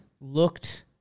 looked